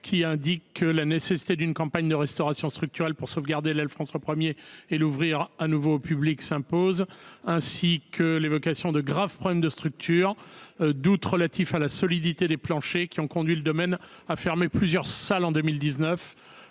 Celui ci la nécessité d’une campagne de restauration structurelle pour sauvegarder l’aile François I et l’ouvrir à nouveau au public s’impose. Il évoque également de graves problèmes de structure et des doutes relatifs à la solidité des planchers, qui ont conduit le domaine à fermer plusieurs salles en 2019.